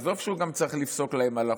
עזוב שהוא גם צריך לפסוק להם הלכות,